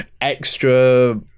extra